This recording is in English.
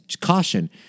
caution